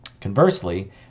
Conversely